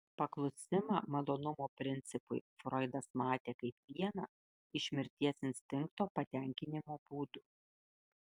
paklusimą malonumo principui froidas matė kaip vieną iš mirties instinkto patenkinimo būdų